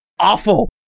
awful